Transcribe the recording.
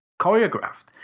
choreographed